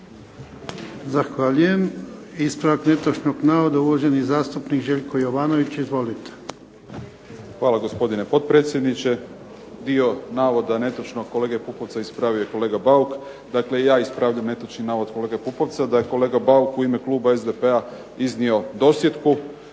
Zahvaljujem. Ispravak netočnog navoda, uvaženi zastupnik Željko Jovanović. Izvolite. **Jovanović, Željko (SDP)** Hvala gospodine potpredsjedniče. Dio navoda netočnog, kolege Pupovca, ispravio je kolega Bauk, dakle i ja ispravljam netočni navod kolege Pupovca da je kolega Bauk u ime kluba SDP-a iznio dosjetku.